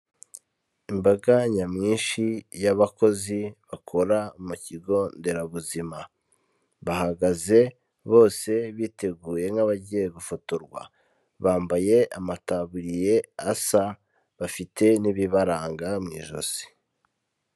Imbaga nyamwinshi y'abakozi bakora mu kigo nderabuzima, bahagaze bose biteguye nk'abagiye gufotorwa, bambaye amataburiye asa bafite n'ibibaranga mu ijosi.